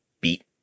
beat